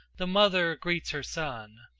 the mother greets her son.